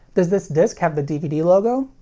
does this disc have the dvd logo?